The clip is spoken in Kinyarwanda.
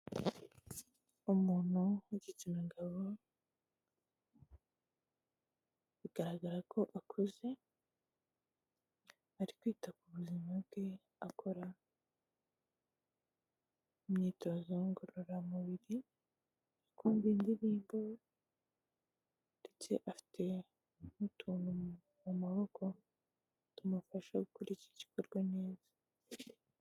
Umuntu w'igitsina gabo, bigaragara ko akuze, ari kwita ku buzima bwe akora imyitozo ngororamubiri, ari kumva indirimbo ndetse afite n'utuntu mu maboko tumufasha gukora iki gikorwa neza.